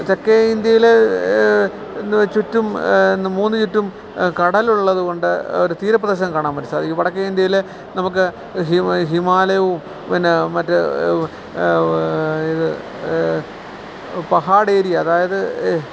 തെക്കേ ഇന്ത്യയില് ചുറ്റും മൂന്നു ചുറ്റും കടല് ഉള്ളതുകൊണ്ട് ഒരു തീരപ്രദേശം കാണാൻ വേണ്ടി സാധിക്കും വടക്കേ ഇന്ത്യയില് നമുക്ക് ഹിമാലയവും പിന്നെ മറ്റെ ഇത് പഹാഡ് ഏരിയ അതായത്